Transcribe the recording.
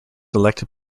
elected